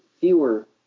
fewer